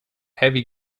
heavy